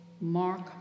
Mark